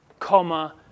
Comma